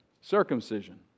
circumcision